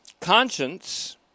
Conscience